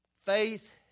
Faith